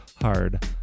Hard